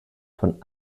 von